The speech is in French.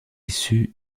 issu